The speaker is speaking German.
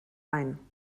ein